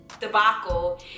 debacle